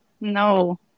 No